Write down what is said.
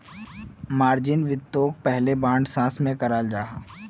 margin वित्तोक पहले bond सा स्विकाराल जाहा